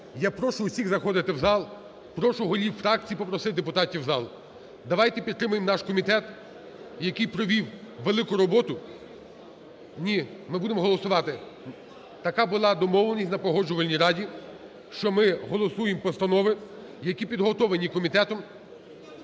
я прошу всіх заходити в зал. Прошу голів фракцій попросити депутатів в зал. Давайте підтримаємо наш комітет, який провів велику роботу. Ні, ми будемо голосувати. Така була домовленість на Погоджувальній раді, що ми голосуємо постанови, які підготовлені комітетом.